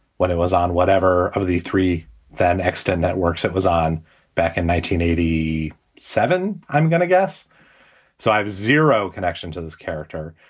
when it was on whatever of the three then extend networks it was on back in nineteen eighty seven. i'm gonna guess so. i have zero connection to this character,